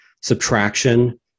subtraction